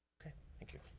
okay, thank you.